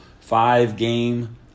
five-game